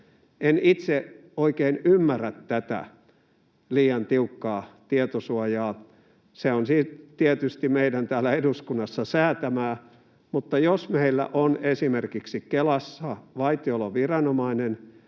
En itse oikein ymmärrä tätä liian tiukkaa tietosuojaa. Se on siis tietysti meidän täällä eduskunnassa säätämää, mutta jos meillä on esimerkiksi Kelassa vaitiolovelvollinen